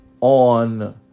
on